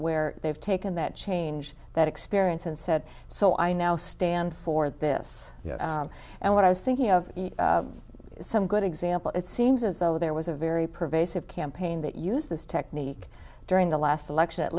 where they've taken that change that experience and said so i now stand for this and what i was thinking of is some good example it seems as though there was a very pervasive campaign that used this technique during the last election at